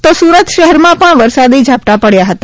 તો સુરત શહેરમાં પણ વરસાદી ઝાપટાં પડ્યા હતા